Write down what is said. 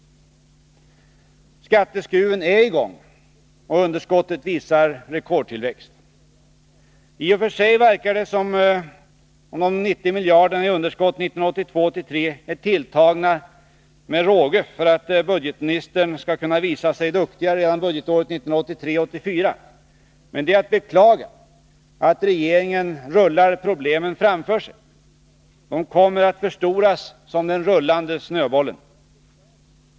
Skatteskruven är i gång, och underskottet visar rekordtillväxt. I och för sig verkar det som om de 90 miljarderna i underskott 1982 84. Men det är att beklaga att regeringen rullar problemen framför sig. De kommer att förstoras som den rullande snöbollen.